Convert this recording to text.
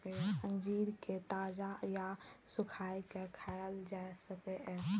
अंजीर कें ताजा या सुखाय के खायल जा सकैए